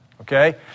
okay